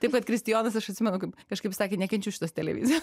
taip pat kristijonas aš atsimenu kaip kažkaip sakė nekenčiu šitos televizijos